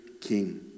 king